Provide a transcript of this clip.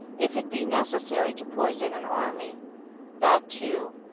if it be necessary to poison an army that, too,